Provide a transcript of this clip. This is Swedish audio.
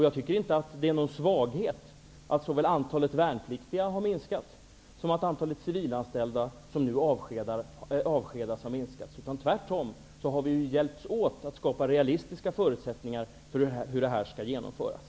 Jag tycker inte att det är någon svaghet att såväl antalet värnpliktiga som civilanställda har minskat. Tvärtom har vi hjälpts åt för att skapa realistiska förutsättningar för hur detta skall genomföras.